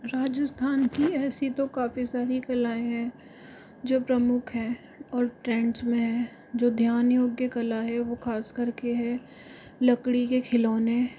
राजस्थान की ऐसी तो काफ़ी सारी कलाएँ हैं जो प्रमुख हैं और ट्रेंड्स में हैं जो ध्यान योग्य की कला है वह ख़ासकर के है लकड़ी के खिलौने